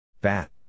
Bat